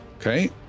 Okay